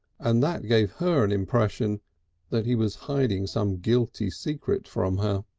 and that gave her an impression that he was hiding some guilty secret from her.